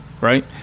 right